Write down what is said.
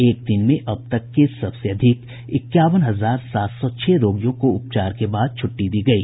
एक दिन में अब तक के सबसे अधिक इक्यावन हजार सात सौ छह रोगियों को उपचार के बाद छूट्टी दी गयी